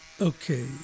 Okay